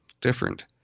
different